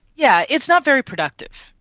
yeah it's not very productive.